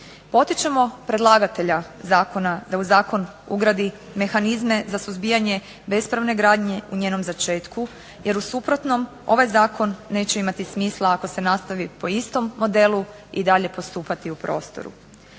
Potičemo predlagatelja zakona da u zakon ugradi mehanizme za suzbijanje bespravne gradnje u njenom začetku, jer u suprotnom ovaj zakon neće imati smisla ako se nastavi po istom modelu i dalje postupati u prostoru.